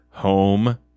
home